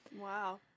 Wow